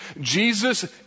Jesus